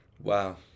Wow